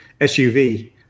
SUV